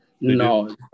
No